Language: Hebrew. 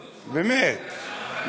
באמת,